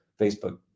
Facebook